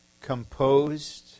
composed